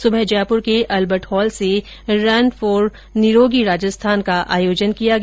सुबह जयपुर के Albert Hall से रन फोर निरोगी राजस्थान का आयोजन किया गया